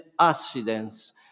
accidents